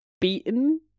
beaten